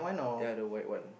ya the white one